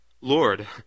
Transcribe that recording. Lord